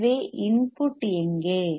எனவே இன்புட் எங்கே